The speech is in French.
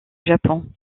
japon